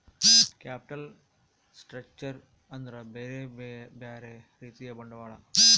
capital structure ಅಂದ್ರ ಬ್ಯೆರೆ ಬ್ಯೆರೆ ರೀತಿಯ ಬಂಡವಾಳ